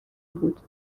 بود